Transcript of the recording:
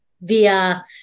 via